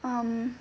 um